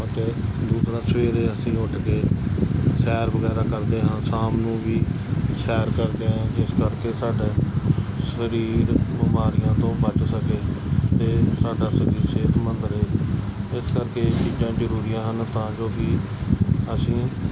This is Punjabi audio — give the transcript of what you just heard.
ਅਤੇ ਦੂਸਰਾ ਸਵੇਰੇ ਅਸੀਂ ਉੱਠ ਕੇ ਸੈਰ ਵਗੈਰਾ ਕਰਦੇ ਹਾਂ ਸ਼ਾਮ ਨੂੰ ਵੀ ਸੈਰ ਕਰਦੇ ਹਾਂ ਇਸ ਕਰਕੇ ਸਾਡਾ ਸਰੀਰ ਬਿਮਾਰੀਆਂ ਤੋਂ ਬਚ ਸਕੇ ਅਤੇ ਸਾਡਾ ਸਰੀਰ ਸਿਹਤਮੰਦ ਰਹੇ ਇਸ ਕਰਕੇ ਇਹ ਚੀਜ਼ਾਂ ਜ਼ਰੂਰੀ ਹਨ ਤਾਂ ਜੋ ਕਿ ਅਸੀਂ